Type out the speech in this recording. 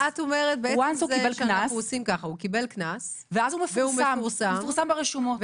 אם הוא קיבל קנס הוא מפורסם ברשומות.